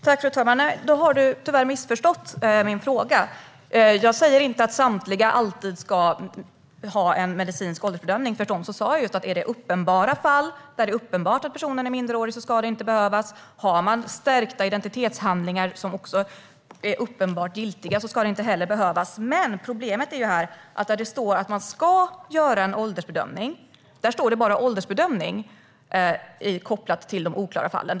Fru talman! Då har du tyvärr missförstått min fråga, Yilmaz Kerimo. Jag säger inte att samtliga alltid ska ha en medicinsk åldersbedömning. Jag sa just att det i fall där det är uppenbart att personen är minderårig inte ska behövas. Har man styrkta identitetshandlingar som är uppenbart giltiga ska det inte heller behövas. Problemet är att där det står att åldersbedömning ska göras, kopplat till de oklara fallen, står det bara "åldersbedömning".